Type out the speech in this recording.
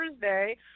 Thursday